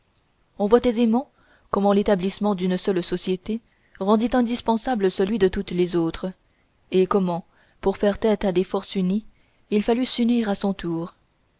on voit aisément comment l'établissement d'une seule société rendit indispensable celui de toutes les autres et comment pour faire tête à des forces unies il fallut s'unir à son tour